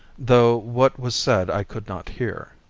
though what was said i could not hear.